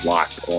Locked